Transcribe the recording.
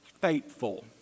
Faithful